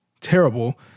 terrible